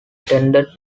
attended